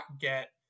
get